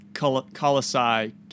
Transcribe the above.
Colossae